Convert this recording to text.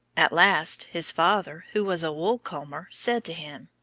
at last his father, who was a wool comber, said to him,